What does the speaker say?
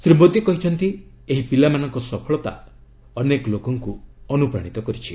ଶ୍ରୀ ମୋଦି କହିଛନ୍ତି ଏହି ପିଲାମାନଙ୍କ ସଫଳତା ଅନେକ ଲୋକଙ୍କୁ ଅନୁପ୍ରାଣିତ କରିଛି